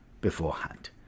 beforehand